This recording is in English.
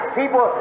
people